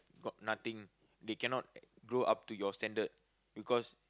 got nothing they cannot go up to your standard because